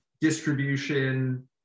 distribution